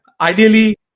Ideally